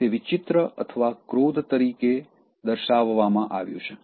તે વિચિત્ર અથવા ક્રોધ તરીકે દર્શાવવામાં આવ્યું છે